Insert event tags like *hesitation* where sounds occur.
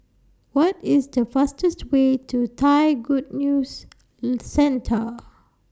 What IS The fastest Way to Thai Good News *hesitation* Centre